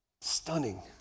Stunning